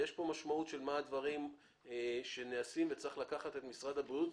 יש כאן משמעות של מה הדברים שנעשים וצריך לקחת את משרד הבריאות,